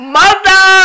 mother